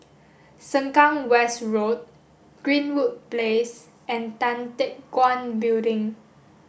Sengkang West Road Greenwood Place and Tan Teck Guan Building